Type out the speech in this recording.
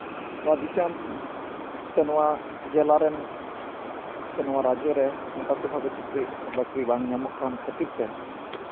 ᱱᱚᱣᱟ ᱫᱤᱥᱚᱢ ᱥᱮ ᱱᱚᱣᱟ ᱡᱮᱞᱟ ᱨᱮᱱ ᱥᱮ ᱱᱚᱣᱟ ᱨᱟᱡᱽᱡᱚ ᱨᱮ ᱱᱚᱝᱠᱟ ᱥᱮᱭ ᱵᱷᱟᱵᱮ ᱪᱟᱹᱠᱨᱤᱼᱵᱟᱹᱠᱨᱤ ᱵᱟᱝ ᱧᱟᱢᱚᱜ ᱠᱟᱱ ᱠᱷᱟᱹᱛᱤᱨ ᱛᱮ